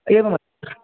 एवमत्र